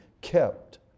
kept